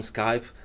Skype